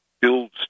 builds